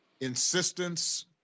insistence